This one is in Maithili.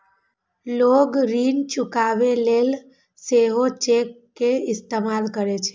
लोग ऋण चुकाबै लेल सेहो चेक के इस्तेमाल करै छै